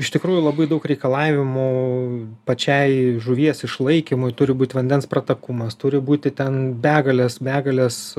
iš tikrųjų labai daug reikalavimų pačiai žuvies išlaikymui turi būti vandens pratakumas turi būti ten begalės begalės